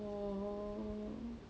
mm